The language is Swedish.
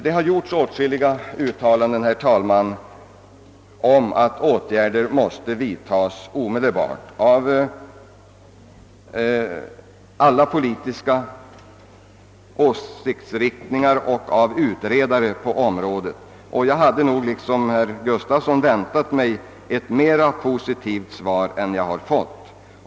Det har, herr talman, av företrädare för alla politiska åsiktsriktningar och av utredningar som arbetat med dessa frågor gjorts åtskilliga uttalanden om att åtgärder omedelbart måste vidtas. Jag hade nog liksom herr Gustafsson väntat mig ett mer positivt svar än det jag fått.